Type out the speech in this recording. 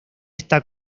esta